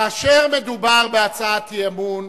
כאשר מדובר בהצעת אי-אמון,